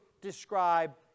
describe